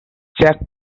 jack